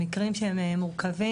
מקרים שהם מורכבים,